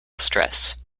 stress